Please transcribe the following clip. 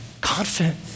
confident